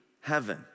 heaven